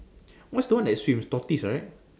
what's the one that swims tortoise right